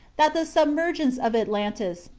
that the submergence of atlantis,